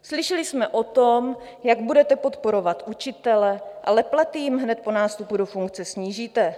Slyšeli jsme o tom, jak budete podporovat učitele, ale platy jim hned po nástupu do funkce snížíte.